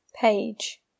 Page